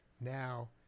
now